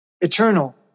eternal